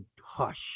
hush